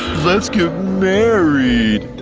let's get married!